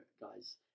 guys